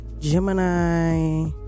Gemini